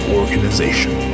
organization